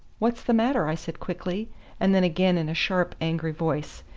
what's the matter? i said quickly and then again in a sharp angry voice,